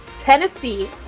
Tennessee